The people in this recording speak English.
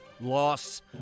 loss